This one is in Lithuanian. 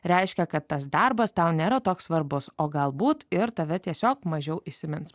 reiškia kad tas darbas tau nėra toks svarbus o galbūt ir tave tiesiog mažiau įsimins